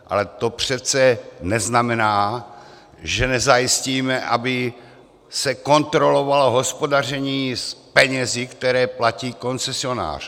Ale to přece neznamená, že nezajistíme, aby se kontrolovalo hospodaření s penězi, které platí koncesionář.